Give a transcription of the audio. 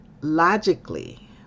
logically